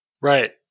Right